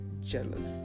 jealous